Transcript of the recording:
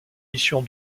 mission